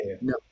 no